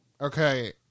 Okay